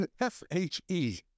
F-H-E